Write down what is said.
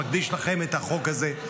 מקדיש לכם את החוק הזה.